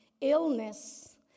illness